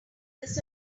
this